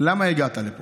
למה הגעת לפה?